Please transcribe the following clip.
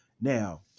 Now